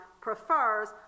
prefers